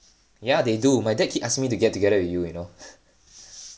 ya they do my dad keep asking me to get together with you you know